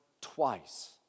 twice